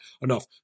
enough